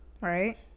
right